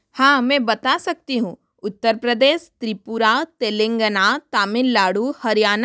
हाँ मैं बता सकती हूँ उत्तर प्रदेश त्रिपुरा तेलंगना तमिल नाडु हरियाणा